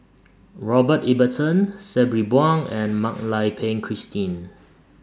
Robert Ibbetson Sabri Buang and Mak Lai Peng Christine